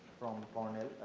from cornell.